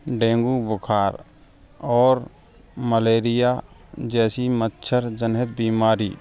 dengue बुखार और malaria जैसी मच्छर जनहित बीमारी